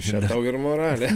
še tau ir moralė